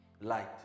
light